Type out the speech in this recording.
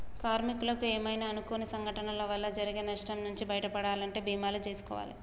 కార్మికులకు ఏమైనా అనుకోని సంఘటనల వల్ల జరిగే నష్టం నుంచి బయటపడాలంటే బీమాలు జేసుకోవాలే